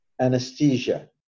anesthesia